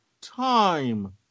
time